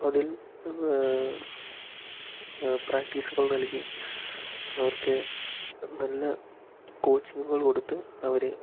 അതിൽ പ്രാക്ടീസുകൾ നൽകി അവർക്ക് നല്ല കോച്ചിങ്ങുകൾ കൊടുത്ത് അവരെ